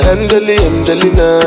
Angelina